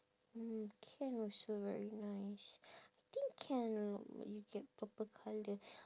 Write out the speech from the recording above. mm can also very nice I think can lor but you get purple colour